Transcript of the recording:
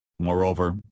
Moreover